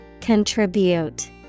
contribute